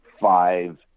five